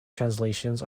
translations